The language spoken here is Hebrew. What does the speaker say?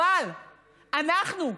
אבל אנחנו,